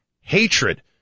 hatred